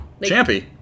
Champy